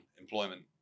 employment